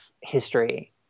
history